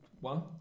One